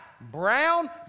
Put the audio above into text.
brown